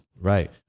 Right